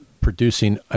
producing